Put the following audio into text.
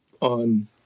on